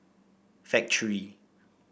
Factorie